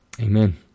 Amen